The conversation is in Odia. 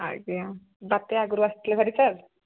ଆଜ୍ଞା ବାତ୍ୟା ଆଗରୁ ଆସିଥିଲେ ଭେରି ସାର୍